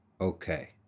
Okay